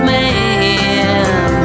Man